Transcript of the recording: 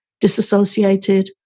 disassociated